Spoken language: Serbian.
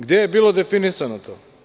Gde je bilo definisano to?